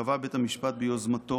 וקבע בית המשפט, ביוזמתו